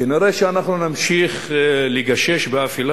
כנראה אנחנו נמשיך לגשש באפלה